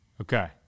okay